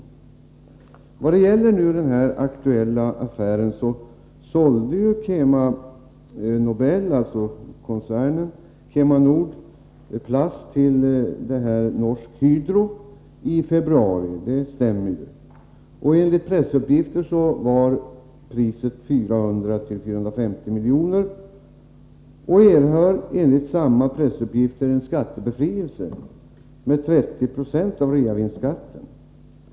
I vad gäller den aktuella affären sålde ju Kema Nord-koncernen i februari plasttillverkningen till Norsk Hydro. Enligt pressuppgifter var priset 400-450 milj.kr. Enligt samma pressuppgifter har man erhållit skattebefrielse med 30 96 av reavinstskatten.